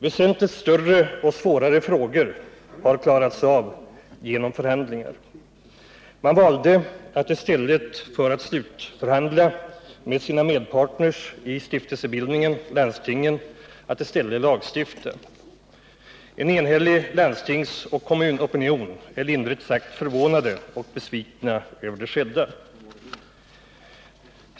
Väsentligt större och svårare frågor har klarats av genom förhandlingar. I stället för att slutförhandla med sina partner i stiftelsebildningen, landstingen, valde man att lagstifta. En enhällig landstingsoch kommunopinion är lindrigt sagt förvånad och besviken över det skedda.